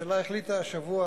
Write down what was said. הממשלה החליטה השבוע,